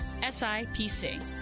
SIPC